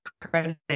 credit